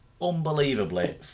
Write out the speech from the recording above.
unbelievably